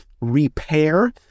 repair